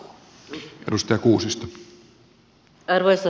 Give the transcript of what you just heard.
arvoisa puhemies